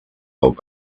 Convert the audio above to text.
hold